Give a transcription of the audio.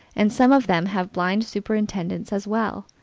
and some of them have blind superintendents as well.